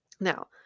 Now